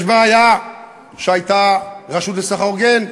יש בעיה שהייתה הרשות לסחר הוגן,